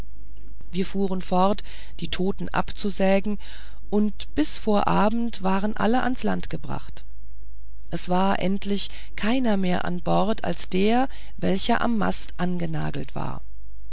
wir fuhren fort die toten abzusägen und bis vor abend waren alle ans land gebracht es war endlich keiner mehr am bord als der welcher am mast angenagelt war